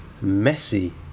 Messy